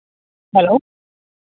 hello